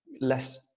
less